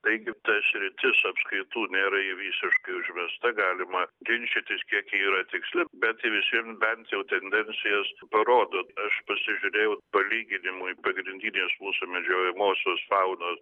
taigi ta sritis apskritai nėra visiškai užversta galima ginčytis kiek yra tiksli bet visiems bent jau tendencijos parodo aš pasižiūrėjau palyginimui pagrindinės mūsų medžiojamosios faunos